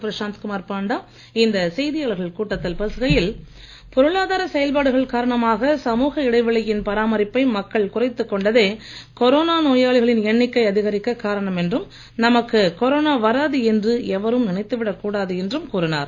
பிரஷாந்த் குமார் பாண்டா இந்த செய்தியாளர்கள் கூட்டத்தில் பேசுகையில் பொருளாதார செயல்பாடுகள் காரணமாக சமுக இடைவெளியின் பராமரிப்பை மக்கள் குறைத்து கொண்டதே கொரோனா நோயாளிகளின் எண்ணிக்கை அதிகரிக்க காரணம் என்றும் நமக்கு கொரானா வராது என்று எவரும் நினைத்துவிடக் கூடாது என்றும் கூறினார்